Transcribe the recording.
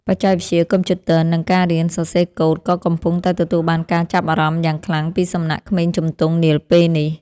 បច្ចេកវិទ្យាកុំព្យូទ័រនិងការរៀនសរសេរកូដក៏កំពុងតែទទួលបានការចាប់អារម្មណ៍យ៉ាងខ្លាំងពីសំណាក់ក្មេងជំទង់នាពេលនេះ។